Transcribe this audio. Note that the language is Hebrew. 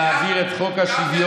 חוק שמעביר את חוק השוויון,